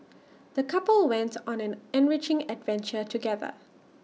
the couple went on an enriching adventure together